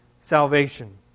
salvation